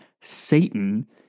Satan